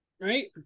Right